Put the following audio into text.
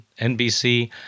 NBC